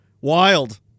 wild